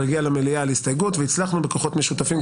הגיע למליאה כהסתייגות והצלחנו בכוחות משותפים,